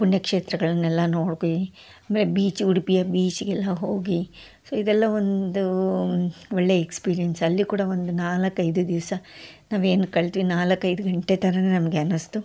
ಪುಣ್ಯಕ್ಷೇತ್ರಗಳನ್ನೆಲ್ಲ ನೋಡಿ ಆಮೇಲೆ ಬೀಚ್ ಉಡುಪಿಯ ಬೀಚ್ಗೆಲ್ಲ ಹೋಗಿ ಸೊ ಇದೆಲ್ಲ ಒಂದು ಒಳ್ಳೆಯ ಎಕ್ಸ್ಪೀರಿಯನ್ಸ್ ಅಲ್ಲಿ ಕೂಡ ಒಂದು ನಾಲ್ಕೈದು ದಿವಸ ನಾವೇನು ಕಲ್ತ್ವಿ ನಾಲ್ಕೈದು ಗಂಟೆ ಥರನೇ ನಮಗೆ ಅನ್ನುಸ್ತು